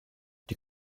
die